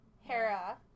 Hera